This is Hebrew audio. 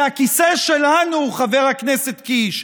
זה הכיסא שלנו, חבר הכנסת קיש.